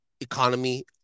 economy